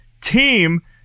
team